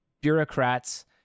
bureaucrats